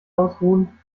ausruhen